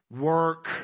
work